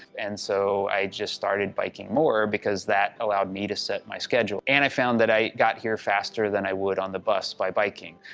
and so, i just started biking more, because that allowed me to set my schedule. and i found that i got here faster than i would on the bus by biking.